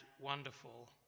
wonderful